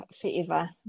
forever